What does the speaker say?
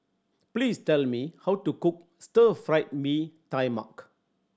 please tell me how to cook Stir Fried Mee Tai Mak